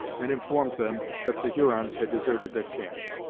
and informed them that the hurons had deserted their camp.